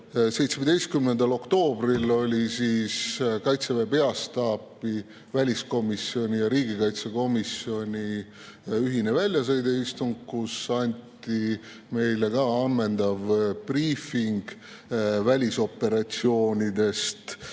17. oktoobril oli Kaitseväe peastaabis väliskomisjoni ja riigikaitsekomisjoni ühine väljasõiduistung, kus meile anti ammendav ülevaade välisoperatsioonidest: